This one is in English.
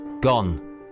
gone